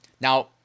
Now